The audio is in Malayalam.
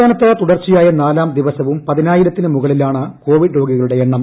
സംസ്ഥാനത്ത് തുടർച്ചയായ നാലാം ദിവസവും പതിനായിരത്തിന് മുകളിലാണ് കോവിഡ് രോഗികളുടെ എണ്ണം